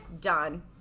done